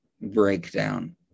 breakdown